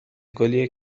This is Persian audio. گلیه